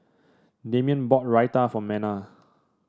Damien bought Raita for Mena